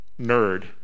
nerd